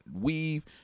weave